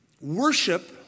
Worship